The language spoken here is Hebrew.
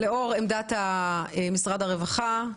לאור עמדת משרד הרווחה,